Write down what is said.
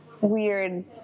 weird